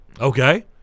Okay